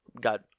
got